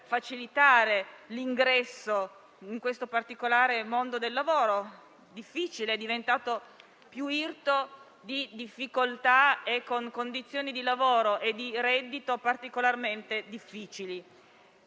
facilitare l'ingresso in questo particolare mondo del lavoro, diventato più irto di difficoltà e con condizioni lavorative e di reddito particolarmente pesanti.